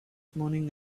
morning